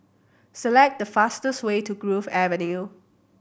select the fastest way to Grove Avenue